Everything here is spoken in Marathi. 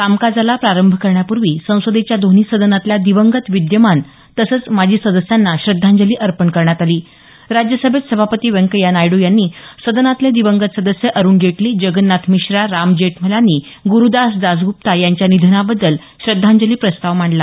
कामकाजाला प्रारंभ करण्यापूर्वी संसदेच्या दोन्ही सदनातल्या दिवंगत विद्यमान तसंच माजी सदस्यांना श्रद्धांजली अर्पण करण्यात आली राज्यसभेत सभापती व्यंकय्या नायडू यांनी सदनातले दिवंगत सदस्य अरुण जेटली जगन्नाथ मिश्रा राम जेठमलानी गुरुदास दासगुप्ता यांच्या निधनाबद्दल श्रद्धांजली प्रस्ताव मांडला